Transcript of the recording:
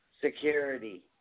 security